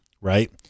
right